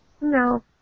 No